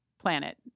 planet